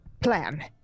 plan